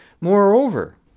Moreover